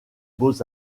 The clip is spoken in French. beaux